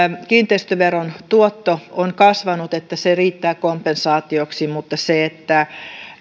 kiinteistöveron tuotto on kasvanut se riittää kompensaatioksi mutta se